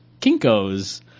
Kinko's